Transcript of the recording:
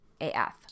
af